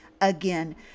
again